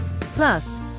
Plus